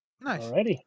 Nice